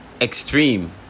extreme